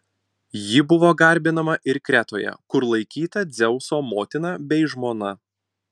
ji buvo garbinama ir kretoje kur laikyta dzeuso motina bei žmona